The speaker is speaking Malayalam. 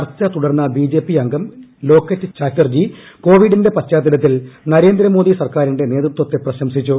ചർച്ച തുടർന്ന ബിജെപി അംഗം ലോക്കറ്റ് ചാറ്റർജി കോവിഡിന്റെ പശ്ചാത്തലത്തിൽ നരേന്ദ്ര മോദി സർക്കാരിന്റെ നേതൃത്വത്തെ പ്രശംസിച്ചു